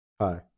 Hi